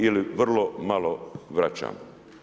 Ili vrlo malo vraćamo.